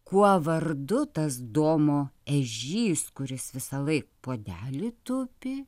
kuo vardu tas domo ežys kuris visąlaik puodely tupi